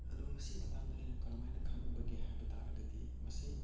ꯑꯗꯨ ꯃꯁꯤ ꯃꯇꯥꯡꯗ ꯑꯩꯅ ꯀꯔꯝꯃꯥꯏꯅ ꯈꯪꯕꯒꯦ ꯍꯥꯏꯕꯇꯥꯔꯒꯗꯤ ꯃꯁꯤ